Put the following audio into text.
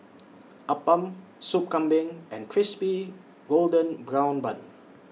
Appam Sup Kambing and Crispy Golden Brown Bun